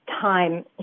time